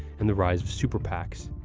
and the rise of super pacs.